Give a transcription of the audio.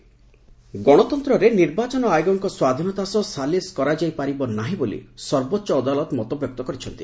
supreme court ଗଣତନ୍ତ୍ରରେ ନିର୍ବାଚନ ଆୟୋଗଙ୍କ ସ୍ୱାଧୀନତା ସହ ସାଲିସ କରାଯାଇ ପାରିବ ନାହିଁ ବୋଲି ସର୍ବୋଚ୍ଚ ଅଦାଲତ ମତବ୍ୟକ୍ତ କରିଛନ୍ତି